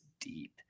deep